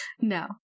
No